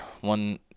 One